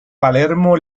palermo